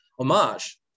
Homage